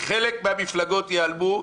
חלק מן המפלגות ייעלמו.